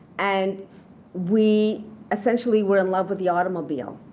and we essentially were in love with the automobile.